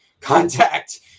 contact